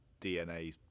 DNA